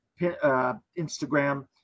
Instagram